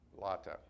Latte